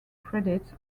credits